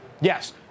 Yes